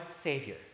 Savior